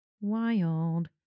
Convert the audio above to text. wild